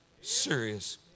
serious